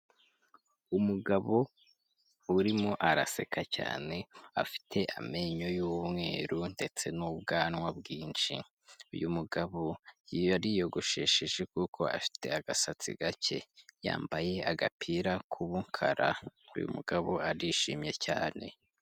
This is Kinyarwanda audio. Umugabo urimo araseka cyane afite amenyo y'umweru ndetse n'ubwanwa bwinshi, uyu mugabo yari yiyogoshesheje kuko afite agasatsi gake yambaye agapira k'ubukara uyu mugabo arishimye cyane.